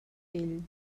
vell